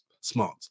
smart